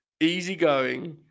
easygoing